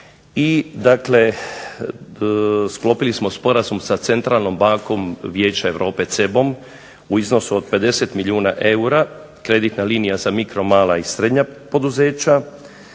i dakle sklopili smo sporazum sa Centralnom bankom Vijeća Europe CEB-om u iznosu od 50 milijuna eura, kreditna linija za mikro, mala i srednja poduzeća.